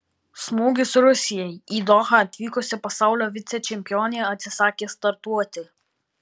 smūgis rusijai į dohą atvykusi pasaulio vicečempionė atsisakė startuoti